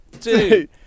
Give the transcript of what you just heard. two